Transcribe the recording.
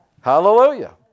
Hallelujah